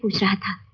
shakka,